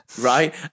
right